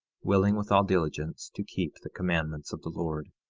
willing with all diligence to keep the commandments of the lord.